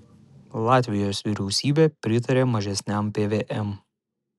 latvijos vyriausybė pritarė mažesniam pvm